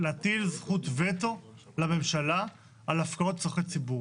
להטיל זכות וטו לממשלה על הפקעות לצרכי ציבור,